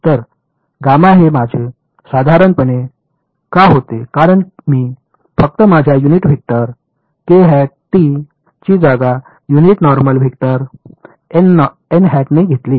तर हे माझे साधारणपणे का होते कारण मी फक्त माझ्या युनिट वेक्टर टी ची जागा युनिट नॉर्मल वेक्टर ने घेतली